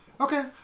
Okay